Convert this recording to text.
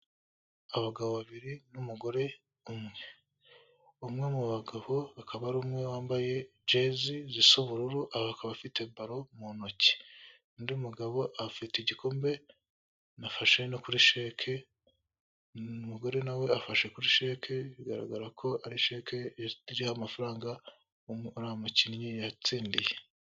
Abagabo babiri n'umugore umwe, umwe mu bagabo akaba ari umwe wambaye jezi zisa ubururu akaba afite balo mu ntoki, undi mugabo afite igikombe, anafashe no kuri sheke, umugore nawe afashe kuri sheke, bigaragara ko ari sheke iriho amafaranga uriya mukinnyi yatsindiye.